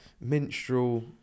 Minstrel